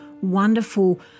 wonderful